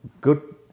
good